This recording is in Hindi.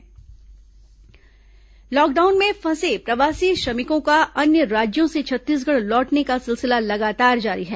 श्रमिक वापसी लॉकडाउन में फंसे प्रवासी श्रमिकों का अन्य राज्यों से छत्तीसगढ़ लौटने का सिलसिला लगातार जारी है